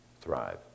thrive